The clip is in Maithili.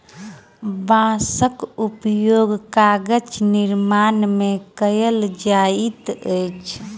बांसक उपयोग कागज निर्माण में कयल जाइत अछि